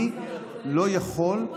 אני לא יכול,